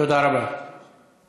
תודה רבה, תודה רבה.